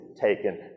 taken